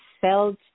felt